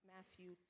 Matthew